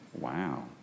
Wow